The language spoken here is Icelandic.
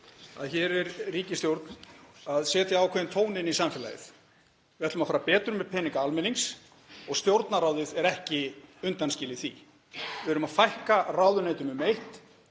að hér er ríkisstjórnin að setja ákveðinn tón inn í samfélagið. Við ætlum að fara betur með peninga almennings og Stjórnarráðið er ekki undanskilið því. Við erum að fækka ráðuneytum um eitt.